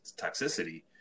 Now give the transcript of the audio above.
toxicity